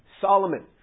Solomon